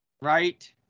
Right